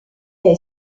est